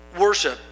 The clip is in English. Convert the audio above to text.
worship